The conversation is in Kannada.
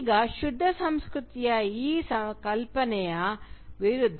ಈಗ ಶುದ್ಧ ಸಂಸ್ಕೃತಿಯ ಈ ಕಲ್ಪನೆಯ ವಿರುದ್ಧ